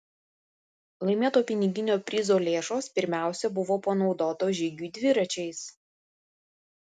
laimėto piniginio prizo lėšos pirmiausiai buvo panaudotos žygiui dviračiais